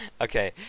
Okay